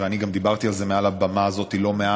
וגם דיברתי על זה מעל הבמה הזאת לא מעט,